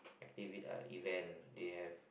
activi~ uh event they have